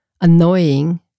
annoying